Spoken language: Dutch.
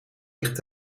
ligt